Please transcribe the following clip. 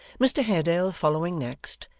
mr haredale following next,